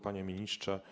Panie Ministrze!